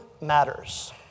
matters